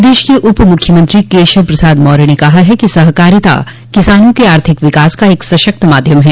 प्रदेश के उप मुख्यमंत्री केशव प्रसाद मौर्य ने कहा है कि सहकारिता किसानों के आर्थिक विकास का एक सशक्त माध्यम है